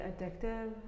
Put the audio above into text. addictive